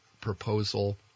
proposal